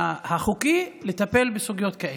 החוקי לטפל בסוגיות כאלה.